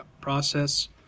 process